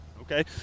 Okay